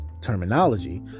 terminology